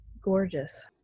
gorgeous